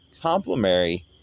complementary